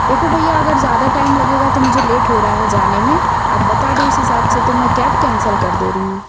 देखो भैया अगर ज़्यादा टाइम लगेगा तो मुझे लेट हो रहा है जाने में आप बता दो उस हिसाब से तो मैं केब कैंसल कर दे रही हूँ